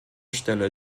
stelle